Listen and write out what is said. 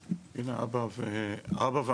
שלום, אני כאן ולצדי גדעון, האב.